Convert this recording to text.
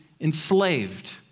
enslaved